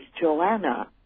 Joanna